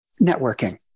networking